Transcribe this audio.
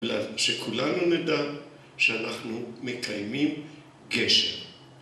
שכולנו נדע שאנחנו מקיימים גשר